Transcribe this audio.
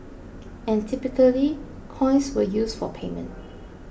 and typically coins were used for payment